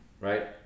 right